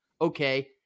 Okay